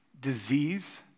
disease